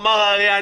אמר האריה,